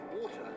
water